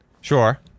Sure